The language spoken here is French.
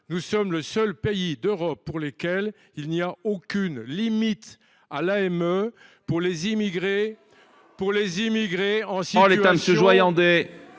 Nous sommes le seul pays d’Europe dans lequel il n’y a aucune limite à l’AME pour les immigrés en situation